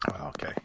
Okay